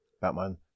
Batman